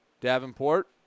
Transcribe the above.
Davenport